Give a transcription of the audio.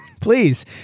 Please